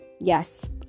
Yes